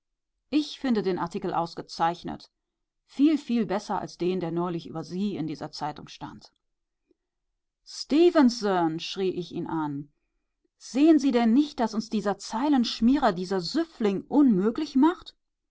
ich finde den artikel ausgezeichnet viel viel besser als den der neulich über sie in dieser zeitung stand stefenson schrie ich ihn an sehen sie denn nicht ein daß uns dieser zeilenschmierer dieser süffling unmöglich macht